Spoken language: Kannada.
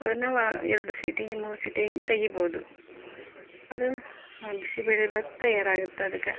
ಅದನ್ನ ವಾ ಎರಡು ಸೀಟಿ ಮೂರು ಸೀಟಿ ತೆಗಿಬೋದು ಆಗ ಬಿಸಿಬೇಳೆ ಬಾತು ತಯಾರು ಆಗತ್ತೆ ಅದಕ್ಕ